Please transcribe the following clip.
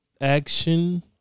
action